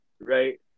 right